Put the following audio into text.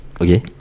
Okay